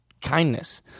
kindness